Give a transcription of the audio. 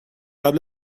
قبل